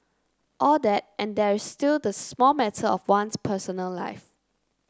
all that and there's still the small matter of one's personal life